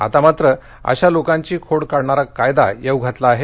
आता मात्र अशा लोकांची खोड मोडणारा कायदा येऊ घातला आहे